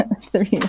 Three